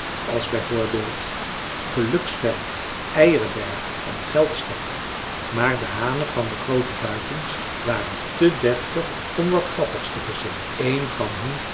als b v geluksveld eierberg en geldstad maar de hanen van de groote buitens waren te deftig om wat grappigs te verzinnen een van hun